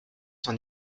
son